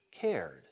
cared